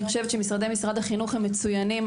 אני חושבת שאולפני משרד החינוך מצוינים.